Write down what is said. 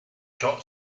ciò